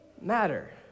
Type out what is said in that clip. matter